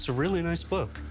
really nice book,